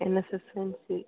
N S S N C